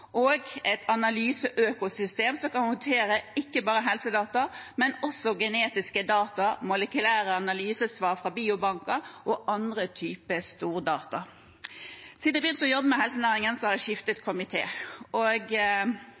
og et analyseøkosystem som ikke bare kan håndtere helsedata, men også genetiske data, molekylære analysesvar fra biobanker og andre typer stordata. Siden jeg begynte å jobbe med helsenæringen, har jeg skiftet komité, og